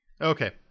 Okay